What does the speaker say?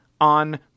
on